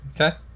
Okay